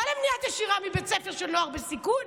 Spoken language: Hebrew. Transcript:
לא למניעת נשירה מבית ספר של נוער בסיכון,